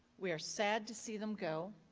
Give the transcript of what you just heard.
we're sad to see them go,